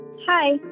Hi